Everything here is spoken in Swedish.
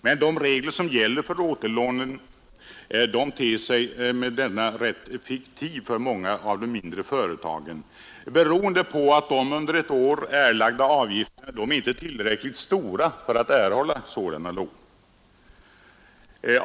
Med de regler som gäller för återlånerätten ter sig denna ganska fiktiv för många mindre företag, beroende på att de under ett år erlagda avgifterna inte är tillräckligt stora för att lån skall kunna erhållas.